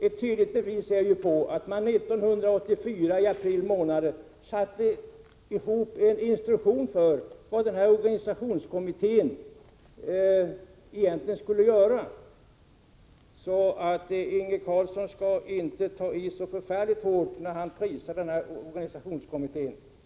Ett tydligt bevis på det är att man i april månad 1984 satte ihop en instruktion för vad organisationskommittén egentligen skulle göra. Inge Carlsson skall alltså inte ta i så hårt när han prisar organisationskommittén.